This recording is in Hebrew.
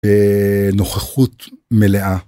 אהה.. נוכחות מלאה.